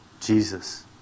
Jesus